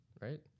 Right